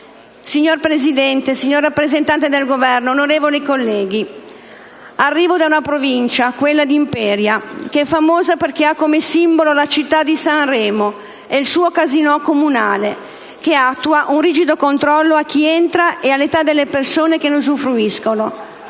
Signor Presidente, signor rappresentante del Governo, arrivo da una Provincia, quella di Imperia, che è famosa perché ha come simbolo la città di Sanremo e il suo casinò comunale, che attua un rigido controllo a chi entra e all'età delle persone che ne usufruiscono.